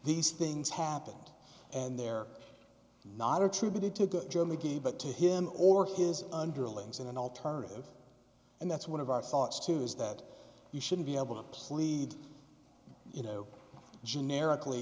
these things happened and they're not attributed to good germany but to him or his underlings in an alternative and that's one of our thoughts too is that you should be able to plead you know generically